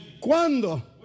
¿Cuándo